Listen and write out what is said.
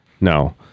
No